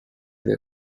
the